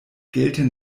gelten